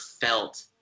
felt